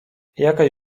jakaś